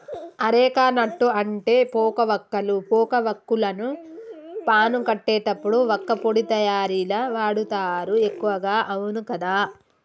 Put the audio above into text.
areca nut అంటే పోక వక్కలు, పోక వాక్కులను పాను కట్టేటప్పుడు వక్కపొడి తయారీల వాడుతారు ఎక్కువగా అవును కదా